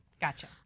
Gotcha